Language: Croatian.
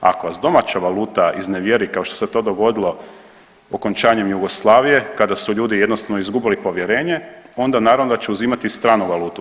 Ako vas domaća valuta iznevjeri, kao što se to dogodilo okončanjem Jugoslavije kada su ljudi jednostavno izgubili povjerenje, onda naravno da će uzimati stranu valutu.